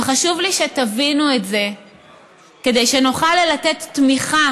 וחשוב לי שתבינו את זה כדי שנוכל לתת תמיכה